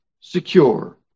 secure